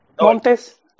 Montes